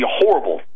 horrible